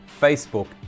Facebook